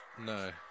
No